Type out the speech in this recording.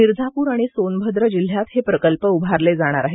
मिर्झापूर आणि सोनभद्र जिल्हयात हे प्रकल्प उभारले जाणार आहेत